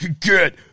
Get